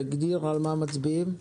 תגדיר על מה מצביעים.